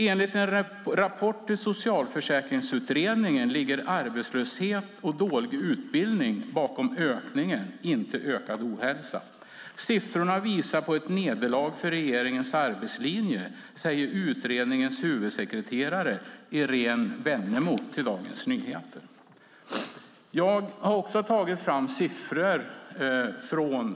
Enligt en rapport till Socialförsäkringsutredningen ligger arbetslöshet och dålig utbildning bakom ökningen, inte ökad ohälsa. Siffrorna visar på ett nederlag för regeringens arbetslinje, säger utredningens huvudsekreterare Irene Wennemo till Dagens Nyheter. Jag har också tagit fram siffror.